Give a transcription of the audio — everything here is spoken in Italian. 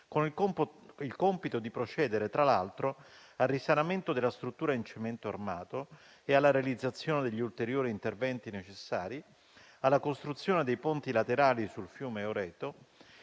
con il compito di procedere, tra l'altro, al risanamento della struttura in cemento armato, alla realizzazione degli ulteriori interventi necessari, alla costruzione dei ponti laterali sul fiume Oreto